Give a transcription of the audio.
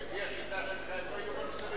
לפי השיטה שלך הם לא יהיו ממזרים?